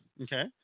Okay